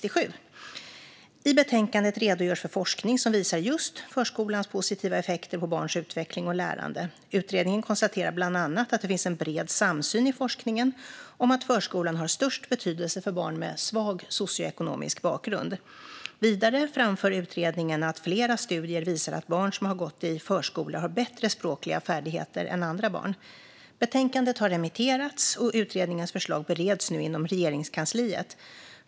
I betänkandet redogörs för forskning som visar just förskolans positiva effekter på barns utveckling och lärande. Utredningen konstaterar bland annat att det finns en bred samsyn i forskningen om att förskolan har störst betydelse för barn med svag socioekonomisk bakgrund. Vidare framför utredningen att flera studier visar att barn som har gått i förskola har bättre språkliga färdigheter än andra barn. Betänkandet har remitterats, och utredningens förslag bereds nu inom Regeringskansliet.